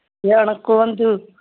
କ'ଣ କୁହନ୍ତୁ